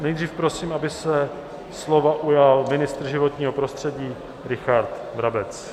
Nejdřív prosím, aby se slova ujal ministr životního prostředí Richard Brabec.